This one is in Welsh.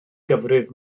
gyfrif